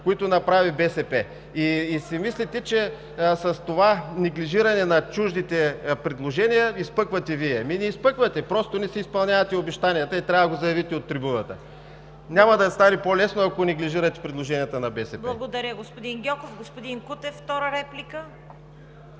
които направи БСП. Мислите си, че с това неглижиране на чуждите предложения, изпъквате Вие. Ами не изпъквате! Просто не си изпълнявате обещанията и трябва да го заявите от трибуната. Няма да стане по-лесно, ако неглижирате предложенията на БСП. ПРЕДСЕДАТЕЛ ЦВЕТА КАРАЯНЧЕВА: Благодаря, господин Гьоков. Господин Кутев – втора реплика.